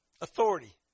authority